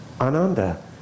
Ananda